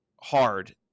hard